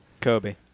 Kobe